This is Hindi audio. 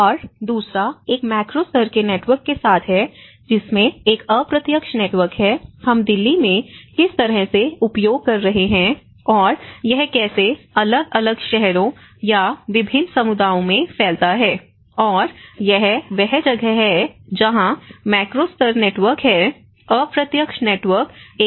और दूसरा एक मैक्रो स्तर के नेटवर्क के साथ है जिसमें एक अप्रत्यक्ष नेटवर्क है हम दिल्ली में किस तरह से उपयोग कर रहे हैं और यह कैसे अलग अलग शहरों या विभिन्न समुदायों में फैलता है और यह वह जगह है जहां मैक्रो स्तर नेटवर्क है अप्रत्यक्ष नेटवर्क एक साथ जाता है